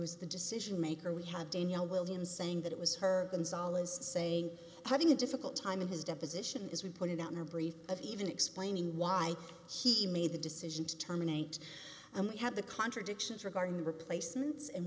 is the decision maker we have danielle williams saying that it was her gonzalez saying having a difficult time in his deposition is we put it out there brief of even explaining why he made the decision to terminate and we have the contradictions regarding replacements and